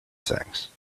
things